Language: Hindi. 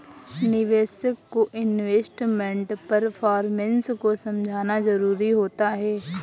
निवेशक को इन्वेस्टमेंट परफॉरमेंस को समझना जरुरी होता है